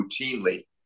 routinely